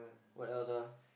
what else ah